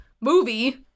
movie